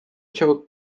choke